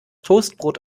toastbrot